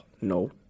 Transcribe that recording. No